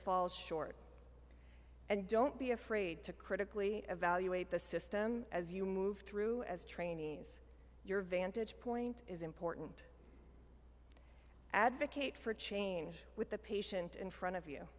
falls short and don't be afraid to critically evaluate the system as you move through as trainees your vantage point is important advocate for change with the patient in front of you